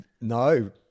No